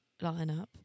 lineup